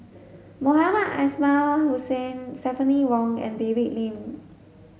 Mohamed Ismail Hussain Stephanie Wong and David Lim